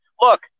Look